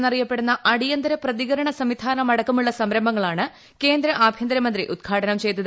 എന്നറിയപ്പെടുന്ന അടിയന്തര പ്രതികരണ സംവിധാനം അടക്കമുള്ള സംരംഭങ്ങളാണ് കേന്ദ്ര ആഭ്യന്തര മന്ത്രി ഉദ്ഘാടനം ചെയ്തത്